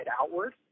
outward